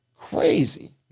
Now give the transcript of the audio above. Crazy